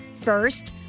First